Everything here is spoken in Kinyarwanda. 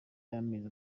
y’amezi